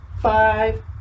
five